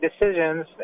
decisions